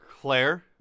Claire